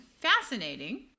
fascinating